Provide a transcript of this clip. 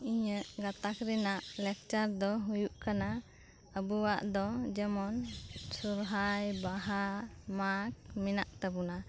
ᱤᱧᱟᱹᱜ ᱜᱟᱛᱟᱠ ᱨᱮᱱᱟᱜ ᱞᱟᱠᱪᱟᱨ ᱫᱚ ᱦᱳᱭᱳᱜ ᱠᱟᱱᱟ ᱟᱵᱚᱣᱟᱜ ᱫᱚ ᱡᱮᱢᱚᱱ ᱥᱚᱦᱨᱟᱭ ᱵᱟᱦᱟ ᱢᱟᱜᱽ ᱢᱮᱱᱟᱜ ᱛᱟᱵᱚᱱᱟ